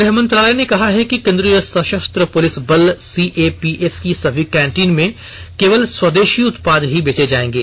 गृह मंत्रालय ने कहा है कि केन्द्रीय सशस्त्र पुलिस बल सीएपीएफ की सभी केंटीन में केवल स्वदेशी उत्पाद ही बेचे जाएंगे